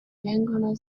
vengono